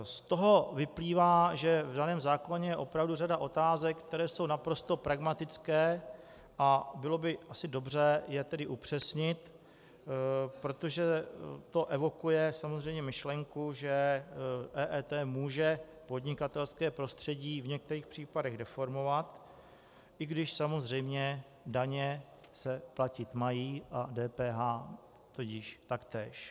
Z toho vyplývá, že v daném zákoně je opravdu řada otázek, které jsou naprosto pragmatické, a bylo by asi dobře je tedy upřesnit, protože to samozřejmě evokuje myšlenku, že EET může podnikatelské prostředí v některých případech deformovat, i když samozřejmě daně se platit mají a DPH tudíž taktéž.